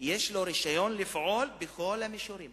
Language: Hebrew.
יש לה רשיון לפעול בכל המישורים